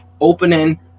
opening